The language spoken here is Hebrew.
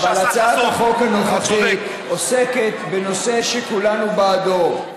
אבל הצעת החוק הנוכחית עוסקת בנושא שכולנו בעדו,